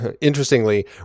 interestingly